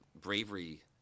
bravery